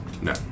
No